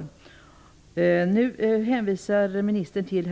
I svaret hänvisar ministern till